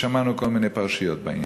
כי שמענו כל מיני פרשיות בעניין.